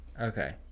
Okay